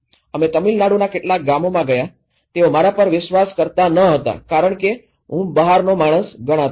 અમે તમિળનાડુના કેટલાક ગામોમાં ગયા તેઓ મારા પર વિશ્વાસ કરતા ન હતા કારણ કે હું બહારનો માણસ ગણાતો હતો